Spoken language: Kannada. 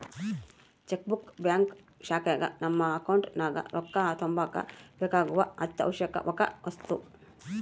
ಚೆಕ್ ಬುಕ್ ಬ್ಯಾಂಕ್ ಶಾಖೆಗ ನಮ್ಮ ಅಕೌಂಟ್ ನಗ ರೊಕ್ಕ ತಗಂಬಕ ಬೇಕಾಗೊ ಅತ್ಯಾವಶ್ಯವಕ ವಸ್ತು